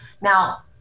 Now